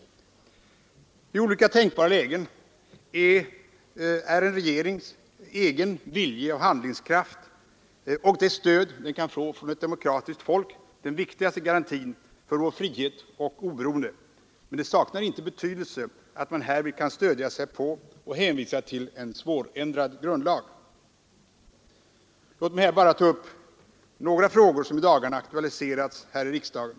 I olika tänkbara lägen är en regerings viljeoch handlingskraft och det stöd den kan få från ett demokratiskt folk den viktigaste garantin för vår frihet och vårt oberoende, men det saknar inte betydelse att man härvid kan stödja sig på och hänvisa till en svårändrad grundlag. Låt mig här ta upp några frågor som i dagarna aktualiserats i riksdagen.